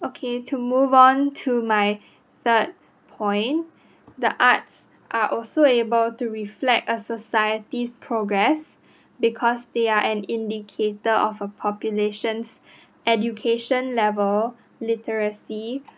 okay to move on to my third point the arts are also able to reflect a society's progress because they are an indicator of a population's education level literacy